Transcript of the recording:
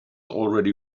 already